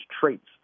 traits